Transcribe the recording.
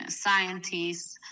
scientists